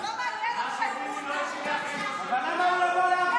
מה שביבי לא הצליח, אבל למה הוא לא בא להפגנה?